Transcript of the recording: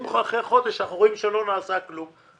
אם אחרי חודש אנחנו רואים שלא נעשה כלום,